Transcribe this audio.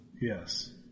yes